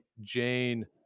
Jane